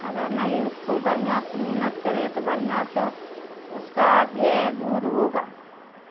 اگر نہیں اس کو بڑھیا سے محنت کرے تو بڑھیا سے اس کا یہ دودھ ہوگا